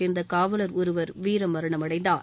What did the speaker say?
சேர்ந்த காவலர் ஒருவர் வீரமரணமடைந்தார்